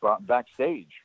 backstage